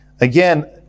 Again